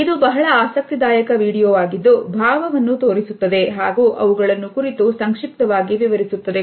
ಇದು ಬಹಳ ಆಸಕ್ತಿದಾಯಕ ವಿಡಿಯೋ ಆಗಿದ್ದು ಭಾವವನ್ನು ತೋರಿಸುತ್ತದೆ ಹಾಗೂ ಅವುಗಳನ್ನು ಕುರಿತು ಸಂಕ್ಷಿಪ್ತವಾಗಿ ವಿವರಿಸುತ್ತದೆ